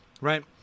Right